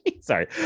sorry